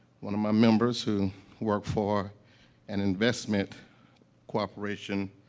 one of my members, who worked for an investment cooperation,